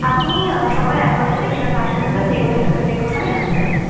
আপনি সকাল এগারোটা থেকে বিকাল পাঁচটার মধ্যে যে কোনো যে কোনো সময়ই আসতে পারেন